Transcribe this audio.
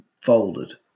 folded